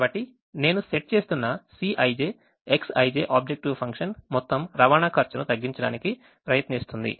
కాబట్టి నేను సెట్ చేస్తున్న Cij Xij ఆబ్జెక్టివ్ ఫంక్షన్ మొత్తం రవాణా ఖర్చును తగ్గించడానికి ప్రయత్నిస్తుంది